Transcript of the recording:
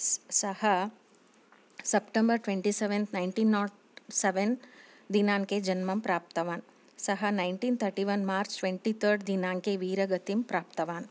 स् सः September twenty seven nineteen naught seven दिनाङ्के जन्म प्राप्तवान् सः nineteen thirty one March twenty third दिनाङ्के वीरगतिं प्राप्तवान्